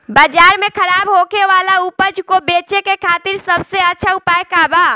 बाजार में खराब होखे वाला उपज को बेचे के खातिर सबसे अच्छा उपाय का बा?